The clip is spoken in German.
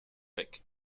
weg